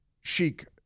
chic